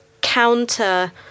counter